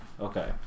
Okay